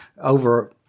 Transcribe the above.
over